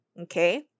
Okay